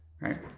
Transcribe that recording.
Right